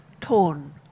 torn